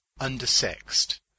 undersexed